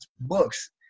books